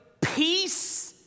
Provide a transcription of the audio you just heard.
peace